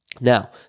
Now